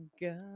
god